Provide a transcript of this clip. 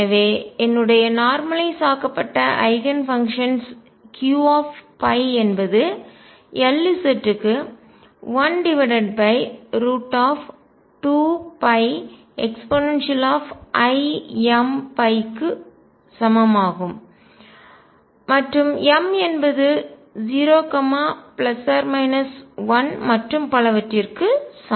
எனவே என்னுடைய நார்மலய்ஸ் ஆக்கப்பட்ட ஐகன்ஃபங்க்ஷன்ஸ் Qϕஎன்பது Lz க்கு 12πeimϕ ஆகும் மற்றும் m என்பது 0 1 மற்றும் பலவற்றிற்கு சமம்